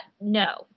no